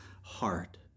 heart